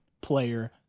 player